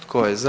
Tko je za?